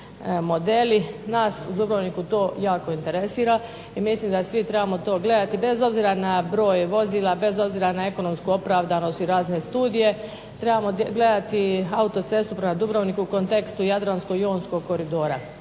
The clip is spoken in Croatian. Nas u Dubrovniku to jako interesira i mislim da svi trebamo to gledati bez obzira na broj vozila, bez obzira na ekonomsku opravdanost i razne studije, trebamo gledati autocestu prema Dubrovniku u kontekstu jadransko-jonskog koridora.